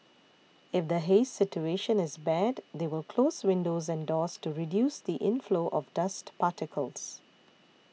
if the haze situation is bad they will close windows and doors to reduce the inflow of dust particles